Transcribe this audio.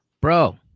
bro